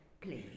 please